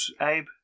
Abe